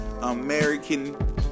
American